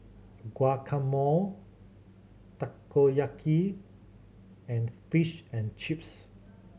Guacamole Takoyaki and Fish and Chips